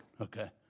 okay